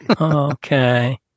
Okay